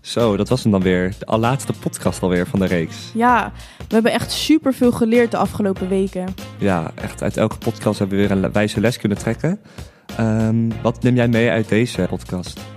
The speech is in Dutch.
Zo, dat was hem dan weer. De allerlaatste podcast alweer van de reeks. Ja, we hebben echt superveel geleerd de afgelopen weken. Ja, echt, uit elke podcast hebben we weer een le- wijze les kunnen trekken. Ehm, wat neem jij mee uit deze podcast?